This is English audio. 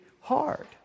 hard